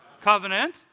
Covenant